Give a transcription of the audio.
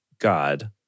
god